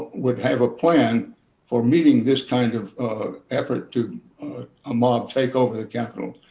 would have a plan for meeting this kind of effort to a mob take over the capitol,